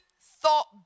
thought